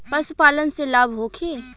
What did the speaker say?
पशु पालन से लाभ होखे?